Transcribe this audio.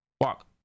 walk